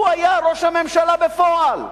הוא היה ראש הממשלה בפועל,